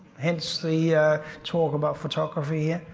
hence the talk about photography,